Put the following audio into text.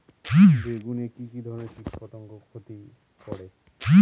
বেগুনে কি কী ধরনের কীটপতঙ্গ ক্ষতি করে?